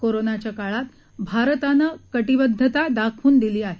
कोरोनाच्या काळात भारतानं कटीबद्धता दाखवून दिली आहे